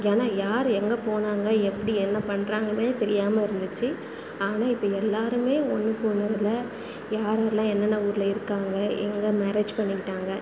ஏன்னா யார் எங்கே போனாங்கள் எப்படி என்ன பண்ணுறாங்கனே தெரியாமல் இருந்துச்சு ஆனால் இப்போ எல்லாருமே ஒன்னுக்கொன்னில் யார் யார்லாம் என்னென்ன ஊர்ல இருக்காங்கள் எங்கே மேரேஜ் பண்ணிக்கிட்டாங்கள்